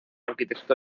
arquitecto